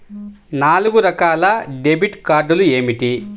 నాలుగు రకాల డెబిట్ కార్డులు ఏమిటి?